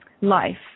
life